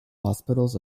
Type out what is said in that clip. hospitals